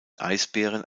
eisbären